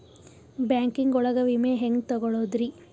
Banking ಒಳಗ ವಿಮೆ ಹೆಂಗ್ ತೊಗೊಳೋದ್ರಿ?